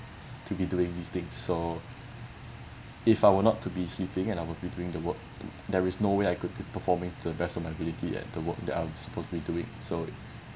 to be doing mistakes so if I were not to be sleeping and I would be doing the work there is no way I could be performing to the best of my ability at the work I'm supposed to be doing so